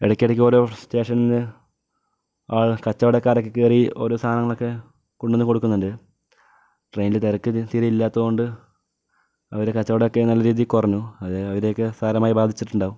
ഇടക്കിടക്ക് ഓരോ സ്റ്റേഷനിൽ ആ കച്ചവടക്കാരൊക്കെ കയറി ഓരോ സാധനങ്ങളൊക്കെ കൊണ്ടുവന്ന് കൊടുക്കുന്നുണ്ട് ട്രെയിനിൽ തിരക്ക് തീരെ ഇല്ലാത്തതു കൊണ്ട് അവർ കച്ചവടമൊക്കെ നല്ല രീതിയിൽ കുറഞ്ഞു അതവരെയൊക്കെ സാരമായി ബാധിച്ചിട്ടുണ്ടാകും